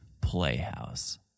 playhouse